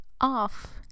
off